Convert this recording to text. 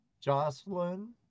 Jocelyn